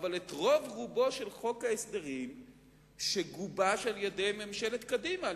של חוק ההסדרים שגובש על-ידי ממשלת קדימה,